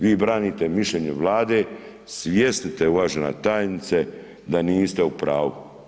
Vi branite mišljenje Vlade, svjesni ste uvažena tajnice da niste u pravu.